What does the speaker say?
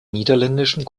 niederländischen